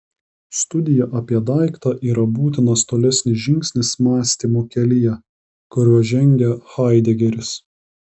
studija apie daiktą yra būtinas tolesnis žingsnis mąstymo kelyje kuriuo žengia haidegeris